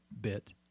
bit